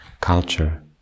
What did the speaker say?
culture